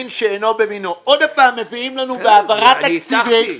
אני לא מכירה נוהל שמאפשר לוועדה לקחת בחזרה כסף שנגנב מאזרחי ישראל.